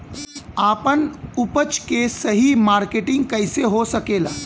आपन उपज क सही मार्केटिंग कइसे हो सकेला?